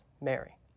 Mary